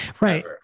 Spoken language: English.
Right